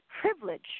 privilege